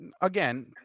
again